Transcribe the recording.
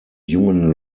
jungen